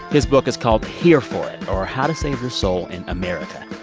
his book is called here for or, how to save your soul in america.